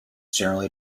generally